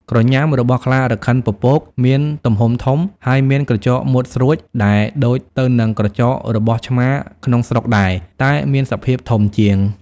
ក្រញាំរបស់ខ្លារខិនពពកមានទំហំធំ ហើយមាន ក្រចកមុតស្រួចដែលដូចទៅនឹងក្រចករបស់ឆ្មាក្នុងស្រុកដែរ តែមានសភាពធំជាង។